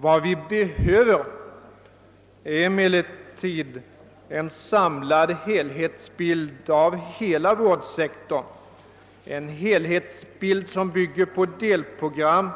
Vad vi behöver är emellertid en samlad bild av hela vårdsektorn, en helhetsbild som bygger på delprogram